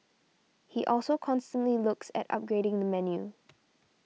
he also constantly looks at upgrading the menu